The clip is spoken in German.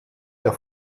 der